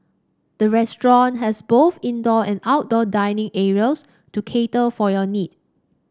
the restaurant has both indoor and outdoor dining areas to cater for your need